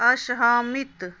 असहमित